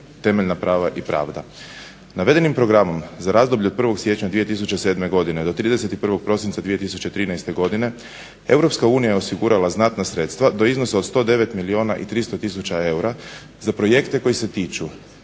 Temeljna prava i pravda. Navedenim programom za razdoblje o 1. siječnja 2007. godine do 31. prosinca 2013. godine EU je osigurala znatna sredstva do iznosa od 109 milijuna 300 tisuća eura za projekte koje se tiče